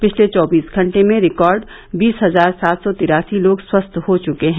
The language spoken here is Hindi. पिछले चौबीस घंटे में रिकॉर्ड बीस हजार सात सौ तिरासी लोग स्वस्थ हो चुके हैं